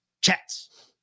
chats